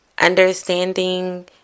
understanding